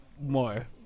more